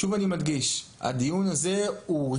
אני מדגיש שוב שהדיון הזה הוא דיון